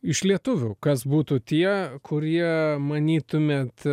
iš lietuvių kas būtų tie kurie manytumėt